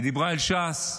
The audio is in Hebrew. היא דיברה אל ש"ס,